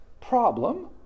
Problem